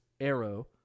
Arrow